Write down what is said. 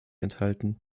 enthalten